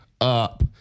Up